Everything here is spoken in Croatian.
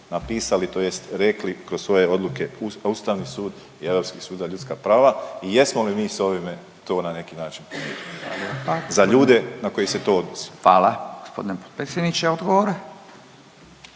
napisali tj. rekli kroz svoje Ustavni sud i Europski sud za ljudska prava i jesmo li mi s ovime to na neki način .../Govornik se ne čuje./...